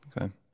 Okay